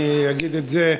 אני אגיד את זה,